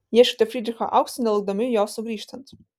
ieškote frydricho aukso nelaukdami jo sugrįžtant